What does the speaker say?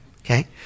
okay